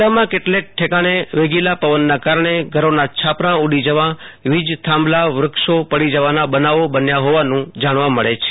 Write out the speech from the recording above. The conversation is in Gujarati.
જિલ્લામાં કેટલેક ઠેકાણે વેગીલા પવનના કારણે ઘરોના છાપરાં ઉડી જવા વીજ થાંભલા વૃક્ષો પડી જવાના બનાવો બન્યા હોવાનું જાણવા મળે છે